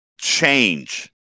change